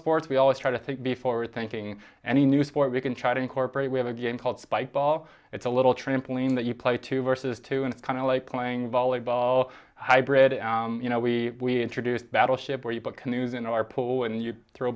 sports we always try to think before thinking any new sport we can try to incorporate we have a game called spike ball it's a little trampoline that you play two versus two and kind of like playing volleyball hybrid and you know we introduced battleship where you put canoes in our poll and you throw